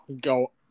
go